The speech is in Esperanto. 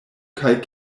kaj